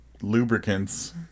lubricants